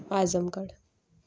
اعظم گڑھ